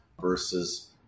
versus